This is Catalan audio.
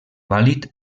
vàlid